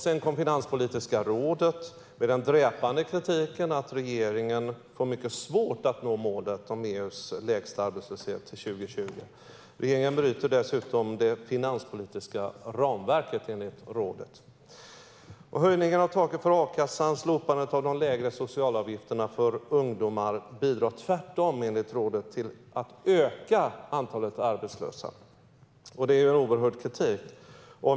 Sedan kom Finanspolitiska rådet med den dräpande kritiken att regeringen får mycket svårt att nå målet om EU:s lägsta arbetslöshet till 2020. Regeringen bryter dessutom mot det finanspolitiska ramverket, enligt rådet. Och höjningen av taket i a-kassan och slopandet av de lägre socialavgifterna för ungdomar bidrar tvärtom, enligt rådet, till att öka antalet arbetslösa. Det är en oerhörd kritik.